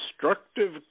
destructive